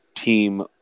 team